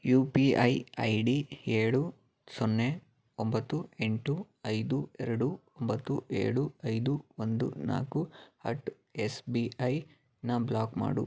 you P I I D ಏಳು ಸೊನ್ನೆ ಒಂಬತ್ತು ಎಂಟು ಐದು ಎರಡು ಒಂಬತ್ತು ಏಳು ಐದು ಒಂದು ನಾಲ್ಕು ಅಟ್ ಎಸ್ ಬಿ ಐನ ಬ್ಲಾಕ್ ಮಾಡು